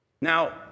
Now